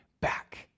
back